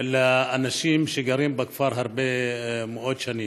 לאנשים שגרים בכפר הרבה מאוד שנים.